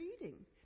eating